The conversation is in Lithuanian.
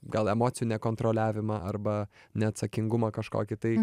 gal emocijų nekontroliavimą arba neatsakingumą kažkokį tai